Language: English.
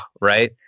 right